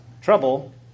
trouble